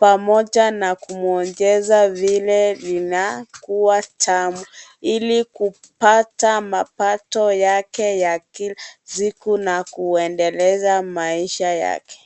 pamoja na kumwoongeza vile vinakuwa tamu ili kupata mapato yake ya kila siku na kuendelesha maisha yake.